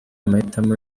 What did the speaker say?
amahitamo